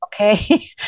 okay